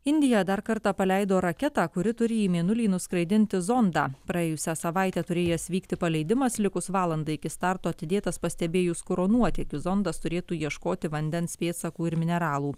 indija dar kartą paleido raketą kuri turi į mėnulį nuskraidinti zondą praėjusią savaitę turėjęs vykti paleidimas likus valandai iki starto atidėtas pastebėjus kuro nuotėkį zondas turėtų ieškoti vandens pėdsakų ir mineralų